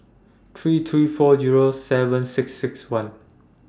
three three four Zero seven six six one